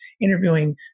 interviewing